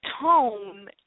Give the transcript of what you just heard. tone